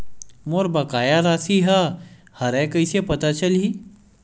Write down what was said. मोर बकाया राशि का हरय कइसे पता चलहि?